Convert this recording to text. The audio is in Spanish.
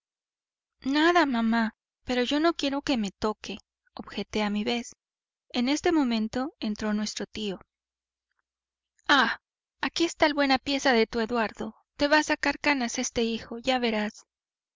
nada mamá pero yo no quiero que me toque objeté a mi vez en este momento entró nuestro tío ah aquí está el buena pieza de tu eduardo te va a sacar canas este hijo ya verás